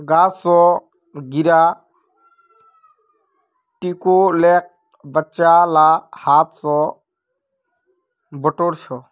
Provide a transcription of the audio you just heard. गाछ स गिरा टिकोलेक बच्चा ला हाथ स बटोर छ